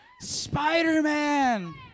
Spider-Man